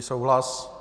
Souhlas.